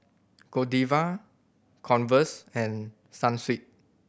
Godiva Converse and Sunsweet